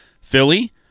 Philly